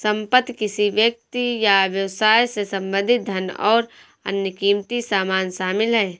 संपत्ति किसी व्यक्ति या व्यवसाय से संबंधित धन और अन्य क़ीमती सामान शामिल हैं